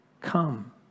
come